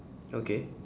okay